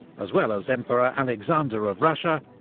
as well as emperor alexander of russia,